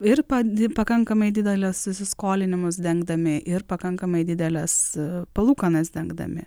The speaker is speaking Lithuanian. ir pati pakankamai dideliu s įsiskolinimus dengdami ir pakankamai dideles palūkanas dengdami